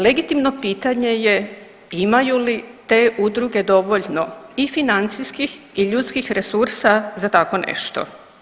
Legitimno pitanje je imaju li te udruge dovoljno i financijskih i ljudskih resursa za tako nešto.